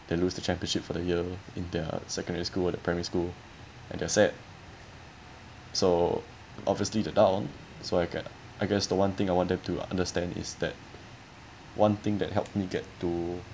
they lose the championship for the year in their secondary school or their primary school and they're sad so obviously they're down so I get I guess the one thing I want them to understand is that one thing that helped me get to